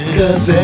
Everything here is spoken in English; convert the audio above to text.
cause